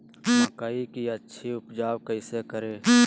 मकई की अच्छी उपज कैसे करे?